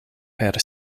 per